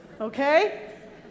Okay